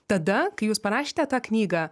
tada kai jūs parašėte tą knygą